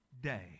day